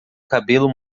cabelo